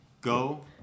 go